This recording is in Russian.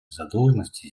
задолженности